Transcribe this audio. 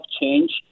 change